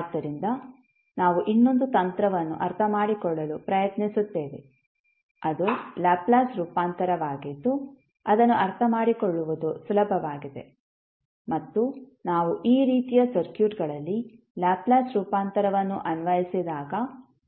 ಆದ್ದರಿಂದ ನಾವು ಇನ್ನೊಂದು ತಂತ್ರವನ್ನು ಅರ್ಥಮಾಡಿಕೊಳ್ಳಲು ಪ್ರಯತ್ನಿಸುತ್ತೇವೆ ಅದು ಲ್ಯಾಪ್ಲೇಸ್ ರೂಪಾಂತರವಾಗಿದ್ದು ಅದನ್ನು ಅರ್ಥಮಾಡಿಕೊಳ್ಳುವುದು ಸುಲಭವಾಗಿದೆ ಮತ್ತು ನಾವು ಈ ರೀತಿಯ ಸರ್ಕ್ಯೂಟ್ಗಳಲ್ಲಿ ಲ್ಯಾಪ್ಲೇಸ್ ರೂಪಾಂತರವನ್ನು ಅನ್ವಯಿಸಿದಾಗ